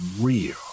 real